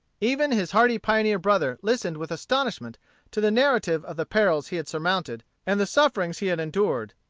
even his hardy pioneer brother listened with astonishment to the narrative of the perils he had surmounted and the sufferings he had endured.